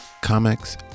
comics